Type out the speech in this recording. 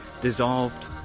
dissolved